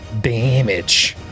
damage